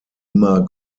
immer